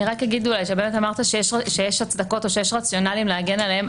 רק אגיד אולי שבאמת אמרת שיש הצדקות או שיש רציונליים להגן עליהם,